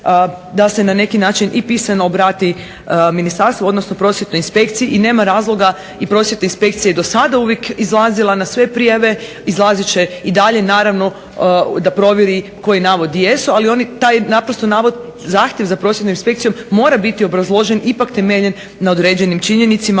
da se na neki način pisano obrati ministarstvu odnosno prosvjetnoj inspekciji. I nema razloga, prosvjetna inspekcija je do sada izlazila na sve prijave, izlaziti se i dalje naravno da provjeri koji navodi jesu ali oni taj naprosto navod, zahtjev za prosvjetnom inspekcijom mora biti obrazložen, ipak temeljen na određenim činjenicama